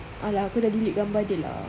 !alah! aku dah delete gambar dia lah